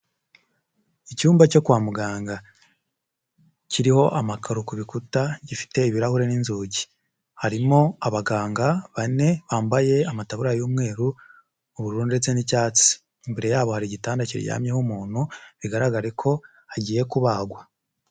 Icyumba cyo kwa muganga kiriho amakaro ku bikuta gifite ibirahure n'inzugi, harimo abaganga bane bambaye amatabubura y'umweru, ubururu ndetse n'icyatsi, imbere yabo hari igitanda kiryamyeho umuntu bigaragare ko agiye kubagwa.